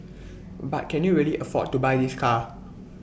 but can you really afford to buy this car